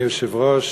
אדוני היושב-ראש,